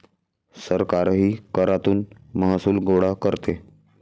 सरकारही करातून महसूल गोळा करते